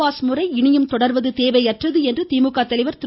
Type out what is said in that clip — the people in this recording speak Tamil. பாஸ் முறை இனியும் தொடர்வது தேவையற்றது என்று திமுக தலைவர் திரு